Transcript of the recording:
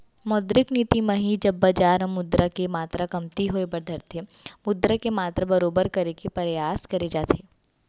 मौद्रिक नीति म ही जब बजार म मुद्रा के मातरा कमती होय बर धरथे मुद्रा के मातरा बरोबर करे के परयास करे जाथे